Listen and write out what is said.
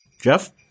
Jeff